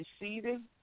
receiving